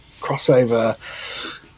crossover